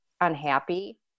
unhappy